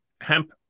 hemp